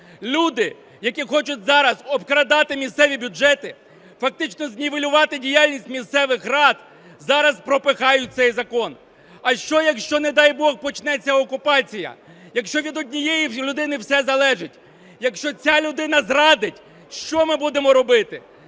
люди, які хочуть зараз обкрадати місцеві бюджети, фактично знівелювати діяльність місцевих рад зараз пропихають цей закон. А що якщо, не дай Бог, почнеться окупація? Якщо від однієї людини все залежить? Якщо ця людина зрадить, що ми будемо робити?